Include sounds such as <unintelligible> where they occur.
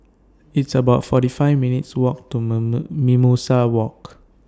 It's about forty five minutes' Walk to <unintelligible> Mimosa Walk